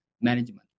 management